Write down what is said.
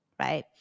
Right